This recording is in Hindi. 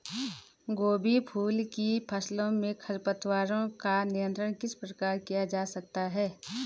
गोभी फूल की फसलों में खरपतवारों का नियंत्रण किस प्रकार किया जा सकता है?